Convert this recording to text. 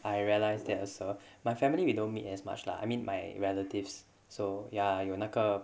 I realize that also my family we don't meet as much lah I mean my relatives so ya 有那个